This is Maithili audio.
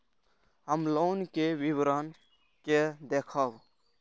हम लोन के विवरण के देखब?